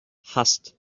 hasst